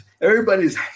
everybody's